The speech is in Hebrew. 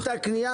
בכך.